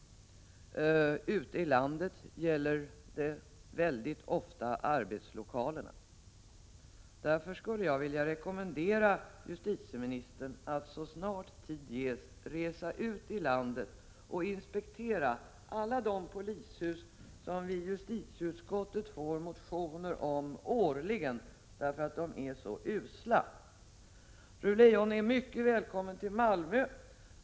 Ute i landet gäller det väldigt ofta arbetslokalerna. Jag skulle därför vilja rekommendera justitieministern att så snart tid ges resa ut i landet och inspektera alla de polishus som vi i justitieutskottet årligen får motioner om därför att de är så usla. Fru Leijon är mycket välkommen till Malmö.